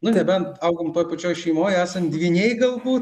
nu nebent augom toj pačioj šeimoj esam dvyniai galbūt